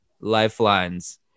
lifelines